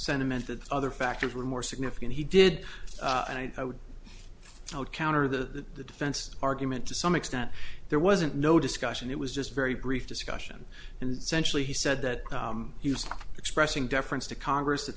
sentiment that other factors were more significant he did and i would i would counter the defense argument to some extent there wasn't no discussion it was just very brief discussion and sensually he said that he was expressing deference to congress